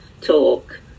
talk